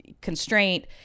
constraint